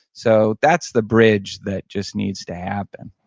so that's the bridge that just needs to happen